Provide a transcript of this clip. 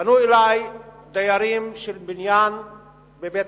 פנו אלי דיירים של בניין בבית-חנינא,